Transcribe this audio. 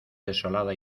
desolada